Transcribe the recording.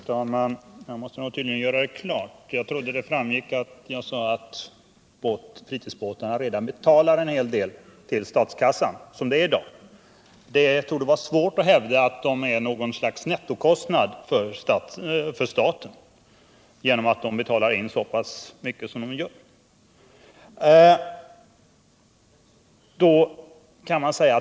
Herr talman! Jag måste tydligen göra klart — jag trodde att det framgick av vad jag sade — att ägarna till fritidsbåtarna betalar on hel del till statskassan redan som det är i dag. Eftersom de betalar in så pass mycket som de gör torde det vara svårt att hävda att de medför någon sorts nettokostnad för staten.